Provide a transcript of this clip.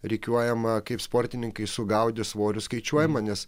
rikiuojama kaip sportininkai sugaudė svorius skaičiuojama nes